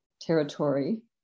territory